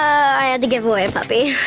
i had to give away a puppy.